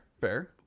fair